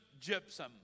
gypsum